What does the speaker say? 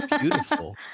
beautiful